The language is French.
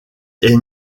est